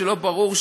שלא ברור,